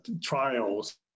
trials